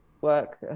work